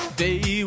day